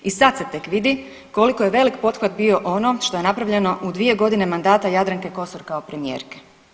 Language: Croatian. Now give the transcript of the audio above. I sad se tek vidi koliko je velik pothvat bio ono što je napravljeno u 2 godine mandata Jadranke Kosor kao premijerke.